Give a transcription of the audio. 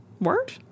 Word